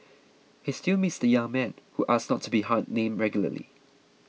he still meets the young man who asked not to be ha named regularly